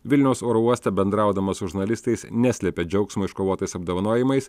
vilniaus oro uoste bendraudamos su žurnalistais neslėpė džiaugsmo iškovotais apdovanojimais